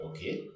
Okay